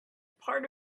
part